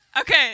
Okay